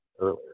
earlier